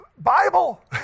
Bible